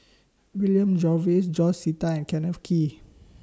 William Jervois George Sita and Kenneth Kee